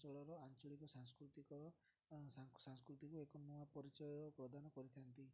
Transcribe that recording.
ଅଞ୍ଚଳର ଆଞ୍ଚଳିକ ସାଂସ୍କୃତିକ ସଂସ୍କୃତିକୁ ଏକ ନୂଆ ପରିଚୟ ପ୍ରଦାନ କରିଥାନ୍ତି